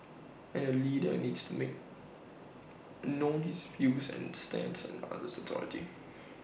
and A leader needs to make known his views and stance to others in authority